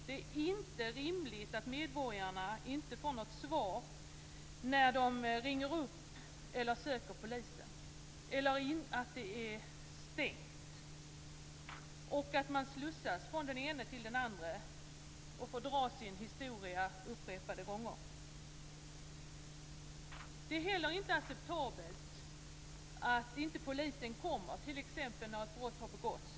Det är inte rimligt att medborgarna inte får något svar när de ringer upp eller söker polisen, eller att det är stängt och de slussas från den ene till den andre och får dra sin historia upprepade gånger. Det är inte heller acceptabelt att inte polisen kommer när t.ex. ett inbrott har begåtts.